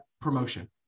promotion